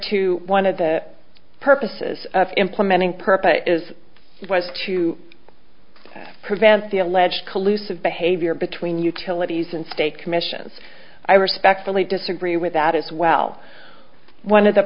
to one of the purposes of implementing purpose is was to prevent the alleged collusive behavior between utilities and state commissions i respectfully disagree with that as well one of the